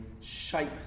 shape